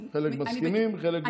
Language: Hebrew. חלק מסכימים, חלק לא מסכימים.